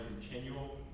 continual